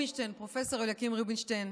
פרופ' אליקים רובינשטיין,